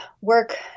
work